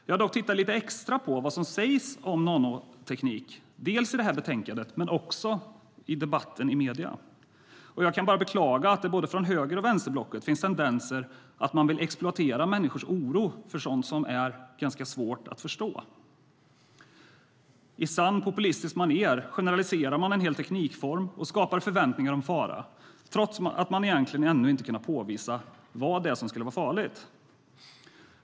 Jag har dock tittat lite extra på vad som sägs om nanoteknik dels i betänkandet, dels i debatten i medierna. Jag kan bara beklaga att det från både höger och vänsterblocket finns tendenser att exploatera människors oro för sådant som är svårt att förstå. I sant populistiskt manér generaliserar man en hel teknikform och skapar förväntningar om fara, trots att man egentligen ännu inte kunnat påvisa vad som är farligt.